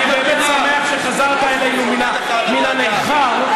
אני באמת שמח שחזרת אלינו מן הנכר.